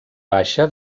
baixa